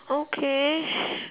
okay